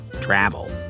travel